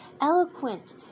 eloquent